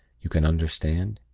you can understand?